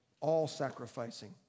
all-sacrificing